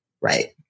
Right